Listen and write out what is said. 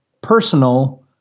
personal